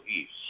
East